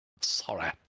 Sorry